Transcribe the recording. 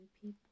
people